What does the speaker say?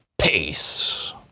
Peace